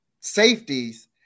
safeties